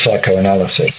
psychoanalysis